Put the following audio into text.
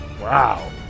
Wow